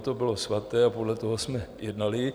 To bylo svaté a podle toho jsme jednali.